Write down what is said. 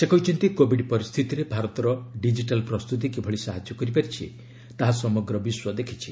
ସେ କହିଛନ୍ତି କୋବିଡ୍ ପରିସ୍ଥିତିରେ ଭାରତର ଡିକିଟାଲ୍ ପ୍ରସ୍ତତି କିଭଳି ସାହାଯ୍ୟ କରିପାରିଛି ତାହା ସମଗ୍ ବିଶ୍ୱ ଦେଖିଛି